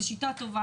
זו שיטה טובה,